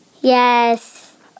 Yes